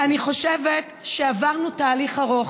חושבת שעברנו תהליך ארוך,